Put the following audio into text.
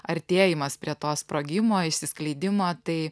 artėjimas prie to sprogimo išsiskleidimo tai